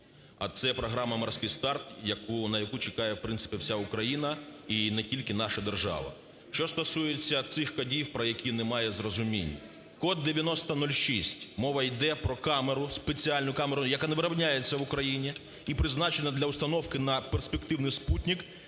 а це програма "Морський старт", на яку чекає, в принципі, вся Україна і не тільки наша держава. Що стосується цих кодів, про які немає зрозумінь. Код 9006, мова йде про камеру спеціальну камеру, яка не виробляється в Україні, і призначена для установки на перспективний супутник